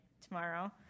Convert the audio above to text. tomorrow